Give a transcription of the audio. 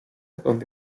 donde